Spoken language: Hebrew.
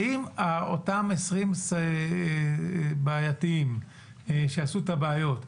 אותם 20 בעייתיים שעשו את הבעיות,